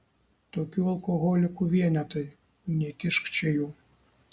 tokių alkoholikų vienetai nekišk čia jų